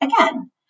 again